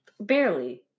Barely